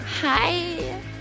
Hi